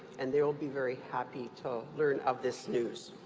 and they will be very happy to learn of this news.